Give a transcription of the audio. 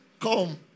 Come